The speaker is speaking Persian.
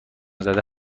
زده